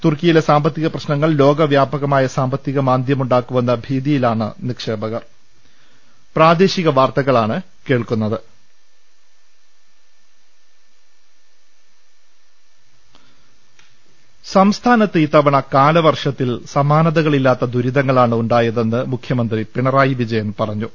തുർക്കിയിലെ സാമ്പത്തിക പ്രശ്നങ്ങൾ ലോകവ്യാപകമായ സാമ്പത്തിക മാന്ദ്യമുണ്ടാക്കുമെന്ന ഭീതിയിലാണ് നിക്ഷേപകർ ൾ രു ശ്ര ശ്ര രു രു ശ്ര ശ്ര രു സംസ്ഥാനത്ത് ഇത്തവണ കാലവർഷത്തിൽ സമാനതകളില്ലാത്ത ദൂരി തങ്ങളാണ് ഉണ്ടായതെന്ന് മുഖ്യമന്ത്രി പിണറായി വിജയൻ പറ്ഞ്ഞു